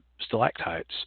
stalactites